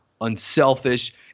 unselfish